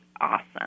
awesome